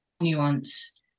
nuance